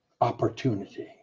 opportunity